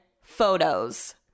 photos